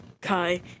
Kai